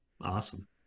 Awesome